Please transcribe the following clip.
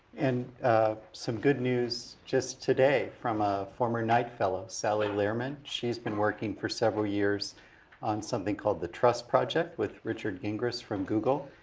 and ah some good news, just today from a former unite fellow sally lehrman, she's been working for several years on something called the trust project with richard ingres from google.